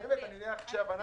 באמת, אני נראה לך קשה הבנה?